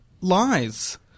lies